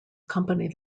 company